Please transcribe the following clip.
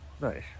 Nice